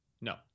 No